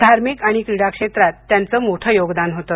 धार्मिक आणि क्रीडा क्षेत्रात त्यांचं मोठं योगदान होतं